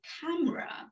camera